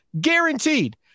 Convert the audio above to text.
Guaranteed